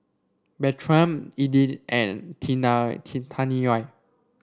Bertram Edythe and Tina T Taniya